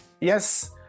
yes